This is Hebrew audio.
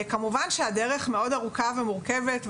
כמובן שהדרך מאוד ארוכה ומורכבת,